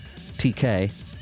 TK